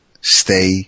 stay